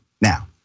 Now